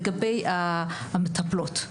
לגבי המטפלות,